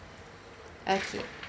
okay